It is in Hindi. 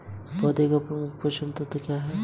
पौधे का मुख्य पोषक तत्व क्या हैं?